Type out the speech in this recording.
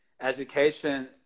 education